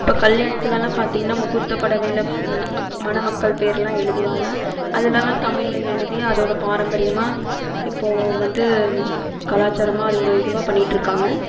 இப்போ கல்யாணத்திலலாம் பார்த்தீங்கனா முகூர்த்த புடவையில மணமக்கள் பேர்லாம் எழுதுவாங்க அதிலலாம் தமிழில் எழுதி அதோட பாரம்பரியமாக இப்போது வந்து கலாச்சாரமாக அது ஒரு இதுவாக பண்ணிகிட்டிருக்காங்க